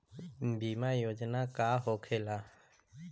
बीमा योजना का होखे ला?